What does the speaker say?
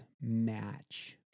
match